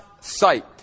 sight